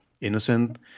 innocent